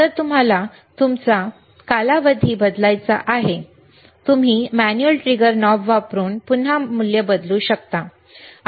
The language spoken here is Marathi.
तर तुम्हाला तुमचा कालावधी बदलायचा आहे तुम्ही मॅन्युअल ट्रिगर नॉब वापरून पुन्हा मूल्य बदलू शकता